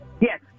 Yes